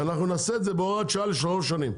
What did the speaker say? אנחנו נעשה את זה בהוראת השעה לשלוש שנים,